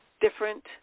different